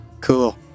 Cool